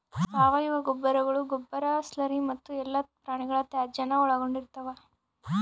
ಸಾವಯವ ಗೊಬ್ಬರಗಳು ಗೊಬ್ಬರ ಸ್ಲರಿ ಮತ್ತು ಎಲ್ಲಾ ಪ್ರಾಣಿಗಳ ತ್ಯಾಜ್ಯಾನ ಒಳಗೊಂಡಿರ್ತವ